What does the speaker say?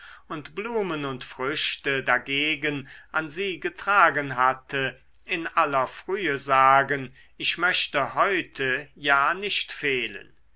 und blumen und früchte dagegen an sie getragen hatte in aller frühe sagen ich möchte heute ja nicht fehlen